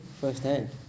firsthand